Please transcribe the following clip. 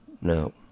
No